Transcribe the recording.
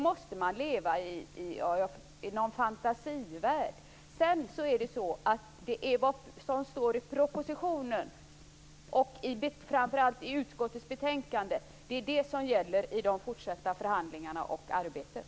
Då måste man leva i en fantasivärld. Det är vad som står i propositionen och framför allt i utskottets betänkande som gäller i de fortsatta förhandlingarna och i arbetet.